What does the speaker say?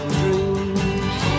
dreams